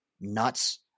nuts